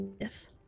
Yes